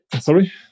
Sorry